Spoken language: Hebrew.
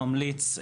ממליץ,